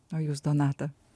o jūs donata